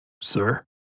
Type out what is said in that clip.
Sir